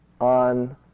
on